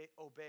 obey